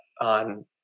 on